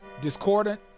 discordant